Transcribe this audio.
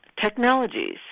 Technologies